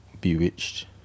Bewitched